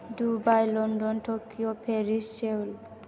Dubai London Tokyo Paris Seoul